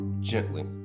gently